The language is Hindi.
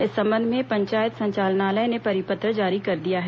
इस संबंध में पंचायत संचालनालय ने परिपत्र जारी कर दिया है